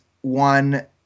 one